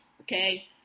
okay